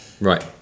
Right